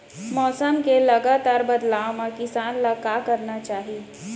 मौसम के लगातार बदलाव मा किसान ला का करना चाही?